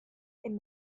and